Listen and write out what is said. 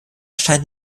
scheint